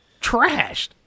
trashed